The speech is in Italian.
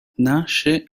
nasce